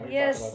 yes